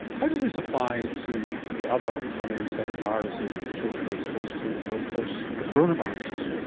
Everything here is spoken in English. how does this apply to the other common set of viruses that children are exposed to, which are of course the coronaviruses?